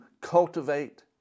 cultivate